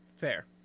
fair